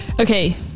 Okay